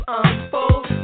unfold